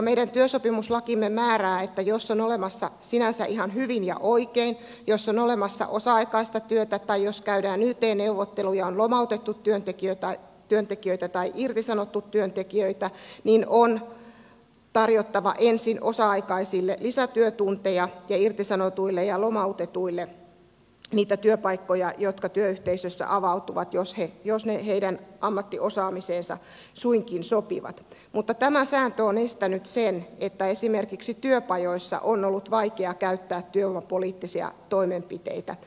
meidän työsopimuslakimme määrää sinänsä ihan hyvin ja oikein että jos on olemassa osa aikaista työtä tai jos käydään yt neuvotteluja on lomautettu työntekijöitä tai irtisanottu työntekijöitä niin on tarjottava ensin osa aikaisille lisätyötunteja ja irtisanotuille ja lomautetuille niitä työpaikkoja jotka työyhteisössä avautuvat jos ne heidän ammattiosaamiseensa suinkin sopivat mutta tämä sääntö on aiheuttanut sen että esimerkiksi työpajoissa on ollut vaikea käyttää työvoimapoliittisia toimenpiteitä